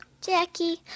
Jackie